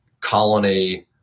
Colony